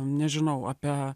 nežinau ape